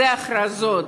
אלה הכרזות.